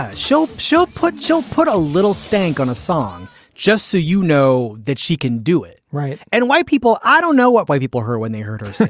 ah she'll she'll put she'll put a little stank on a song just so you know that she can do it right and why people? i don't know what why people her when they hurt her. so